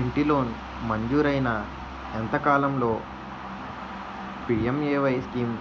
ఇంటి లోన్ మంజూరైన ఎంత కాలంలో పి.ఎం.ఎ.వై స్కీమ్